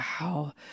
Wow